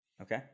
Okay